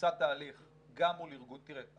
בוצע תהליך גם מול תראה,